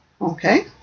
Okay